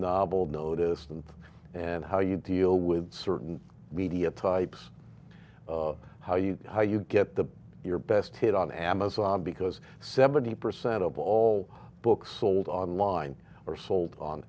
novel notice and and how you deal with certain media types how you know how you get the your best hit on amazon because seventy percent of all books sold online or sold on